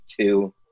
two